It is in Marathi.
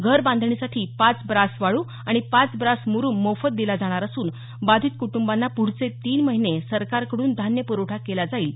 घर बांधणीसाठी पाच ब्रास वाळू आणि पाच ब्रास मुरुम मोफत दिला जाणार असून बाधित कुटंबांना पुढचे तीन महिने सरकारकडून धान्य पुरवठा केला जाईल